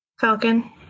Falcon